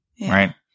Right